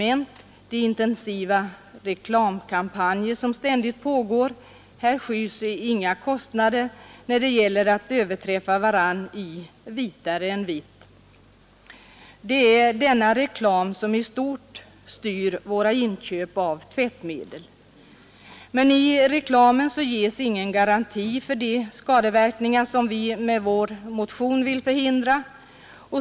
Det pågår ständigt intensiva reklamkampanjer — här skys inga kostnader när det gäller att överträffa varandra i fråga om ”vitare än vitt” — och det är denna reklam som i stort styr våra inköp av tvättmedel. Men i reklamen ges ingen garanti för de skadeverkningar som vi med vår motion vill förhindra.